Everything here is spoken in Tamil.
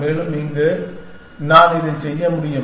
மேலும் இங்கு நான் இதை செய்ய முடியும்